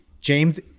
James